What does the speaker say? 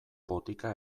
botika